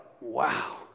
wow